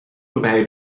about